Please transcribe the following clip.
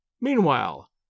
Meanwhile